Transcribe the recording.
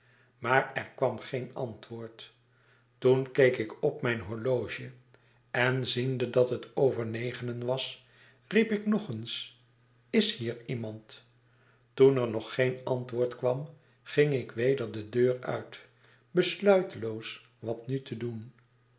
maar er kwam geen antwoord toen keek ik op mijn horloge en ziende dat het over negenen was riep ik nog eens is hier iemand toen er nog geen antwoord kwam ging ik weder de deur uit besluiteloos wat nu te doen